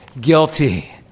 guilty